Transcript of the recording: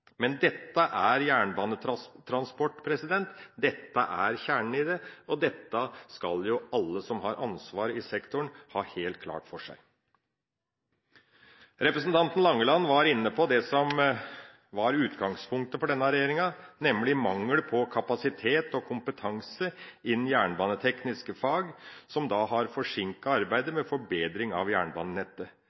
Men dette er jernbanetransport, dette er kjernen i det, og dette skal alle som har ansvar i sektoren, ha helt klart for seg. Representanten Langeland var inne på det som var utgangspunktet for denne regjeringa, nemlig mangel på kapasitet og kompetanse innenfor jernbanetekniske fag, som har forsinket arbeidet med forbedring av jernbanenettet.